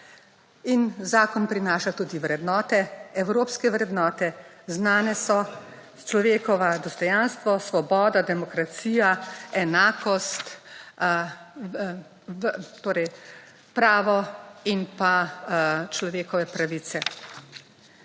Zakon prinaša tudi vrednote, evropske vrednote. Znane so človekovo dostojanstvo, svoboda, demokracija, enakost torej v pravo in pa človekove pravice.